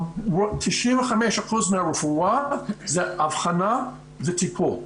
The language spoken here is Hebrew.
95% מהרפואה זה אבחנה וטיפול.